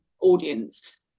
audience